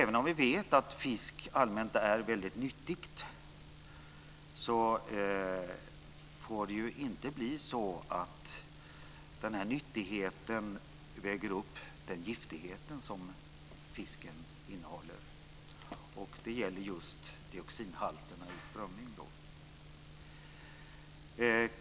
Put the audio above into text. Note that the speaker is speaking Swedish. Även om vi vet att fisk allmänt sett är väldigt nyttig får inte nyttigheten anses väga upp fiskens giftighet. Detta gäller just beträffande dioxinhalten i strömming.